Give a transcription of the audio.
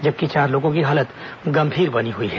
जबकि चार लोगों की हालत गंभीर बनी हई है